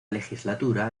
legislatura